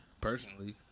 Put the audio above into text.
Personally